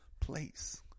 place